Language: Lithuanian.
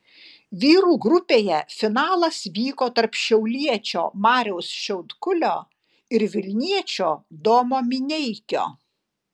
vyrų grupėje finalas vyko tarp šiauliečio mariaus šiaudkulio ir vilniečio domo mineikio